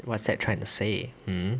what's that trying to say hmm hmm